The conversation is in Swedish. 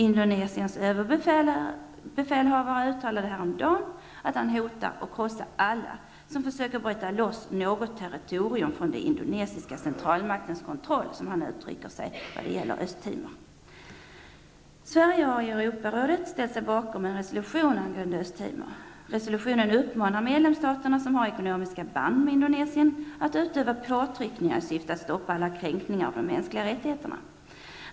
Indonesiens överbefälhavare hotade häromdagen att krossa alla som försöker bryta loss något territorium från den indonesiska centralmaktens kontroll. Sverige har i Europarådet ställt sig bakom en resolution angående Östtimor. Resolutionen uppmanar medlemsstater, som har ekonomiska band med Indonesien, att utöva påtryckningar i syfte att stoppa alla kränkningar av de mänskliga rättigheterna.